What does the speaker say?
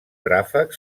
ràfec